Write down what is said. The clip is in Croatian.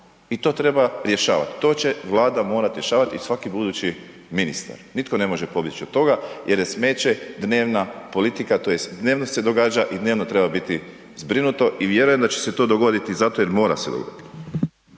i to treba rješavati, to će Vlada morati rješavati i svaki budući ministar, nitko ne može pobjeći od toga jer je smeće dnevna politika tj. dnevno se događa i dnevno treba biti zbrinuto i vjerujem da će se to dogoditi zato jer mora se dogoditi.